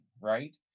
right